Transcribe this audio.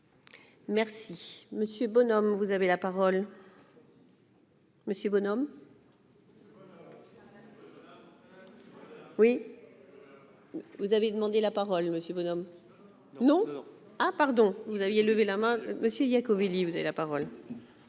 Merci Monsieur Bonhomme, vous avez la parole. Monsieur Bonhomme. Oui. Vous avez demandé la parole monsieur bonhomme non ah pardon, vous aviez levez la main, monsieur Yachvili, vous avez la parole.